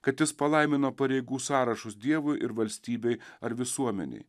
kad jis palaimino pareigų sąrašus dievui ir valstybei ar visuomenei